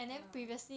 ya